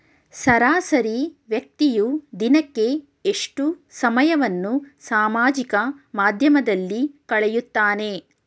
ಸರಾಸರಿ ವ್ಯಕ್ತಿಯು ದಿನಕ್ಕೆ ಎಷ್ಟು ಸಮಯವನ್ನು ಸಾಮಾಜಿಕ ಮಾಧ್ಯಮದಲ್ಲಿ ಕಳೆಯುತ್ತಾನೆ?